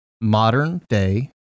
modern-day